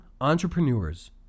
entrepreneurs